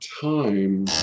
time